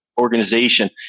organization